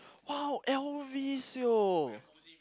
!wow! L_V [siol]